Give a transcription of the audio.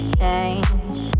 change